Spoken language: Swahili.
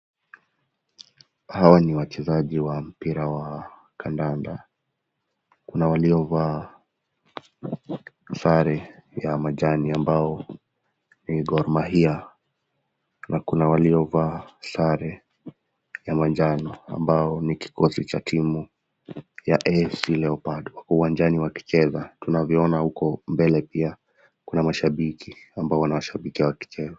Hao ni wachezaji wa mpira wa kandanda. Kuna waliovaa Sare ya majani ambao ni Gorrmahia na kuna waliovaa Sare ya manjano ambao ni kikosi cha timu ya AFC Leopard wako uwanjani wakicheza. Tunavyoona huko mbele pia kuna mashabiki ambao wanawashabikia wakicheza.